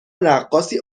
رقاصی